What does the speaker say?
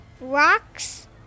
Rock's